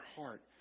heart